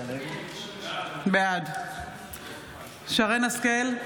בעד שרן מרים השכל,